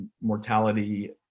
mortality